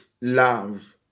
love